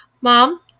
Mom